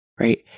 Right